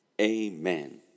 amen